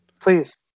Please